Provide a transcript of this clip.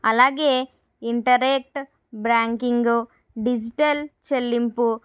అలాగే internet banking digital చెల్లింపు